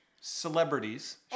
celebrities